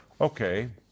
Okay